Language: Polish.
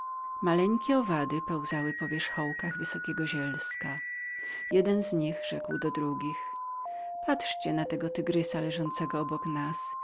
maleńkie owady czołgały się po wierzchołkach wysokiego zielska jeden z nich rzekł do drugich patrzcie na tego tygrysa obok nas